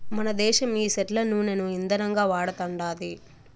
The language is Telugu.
మనదేశం ఈ సెట్ల నూనను ఇందనంగా వాడతండాది